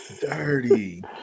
dirty